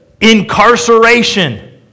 incarceration